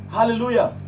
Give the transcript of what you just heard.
Hallelujah